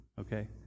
okay